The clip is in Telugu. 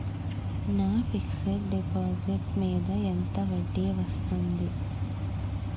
నా ఫిక్సడ్ డిపాజిట్ మీద ఎంత వడ్డీ వస్తుంది?